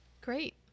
Great